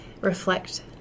reflect